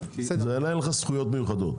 אין לך זכויות מיוחדות.